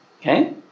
Okay